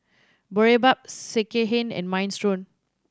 Boribap Sekihan and Minestrone